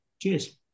cheers